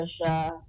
pressure